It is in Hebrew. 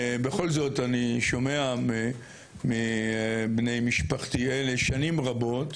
בכל זאת, אני שומע מבני משפחתי אלה שנים רבות,